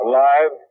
Alive